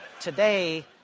today